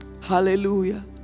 Hallelujah